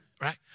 right